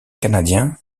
canadien